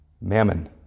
Mammon